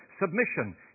submission